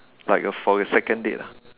like a for a second date ah